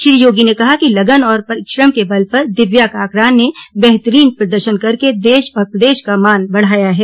श्री योगी ने कहा कि लगन और परिश्रम के बल पर दिव्या काकरान ने बेहतरीन प्रदर्शन करके देश और प्रदेश का मान बढ़ाया है